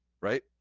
right